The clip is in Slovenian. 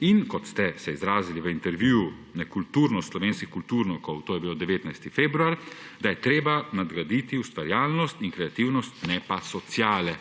in kot ste se izrazili v intervjuju o nekulturnosti slovenskih kulturnikov, to je bil 19. februar, je treba nadgraditi ustvarjalnost in kreativnost, ne pa sociale.